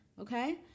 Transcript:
okay